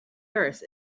earth